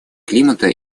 климата